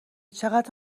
چقدر